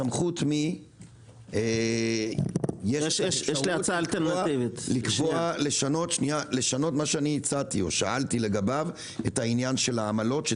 בסמכות מי יש לקבוע לשנות מה ששאלתי לגביו את עניין העמלות?